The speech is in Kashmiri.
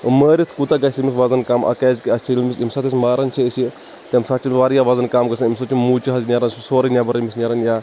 تہٕ مٲرِتھ کوتاہ گَژِھِ أمِس وزَن کَم کیٛازِ کہِ اسہِ چھِ ییٚمہِ ساتہٕ أسۍ ماران چھِ یہِ تَمہِ ساتہٕ چھِ واریاہ وزَن کَم گژھان أمِس چھِ موچہِ حظ نیران سورُے نیٚبَر نیران یا